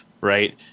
right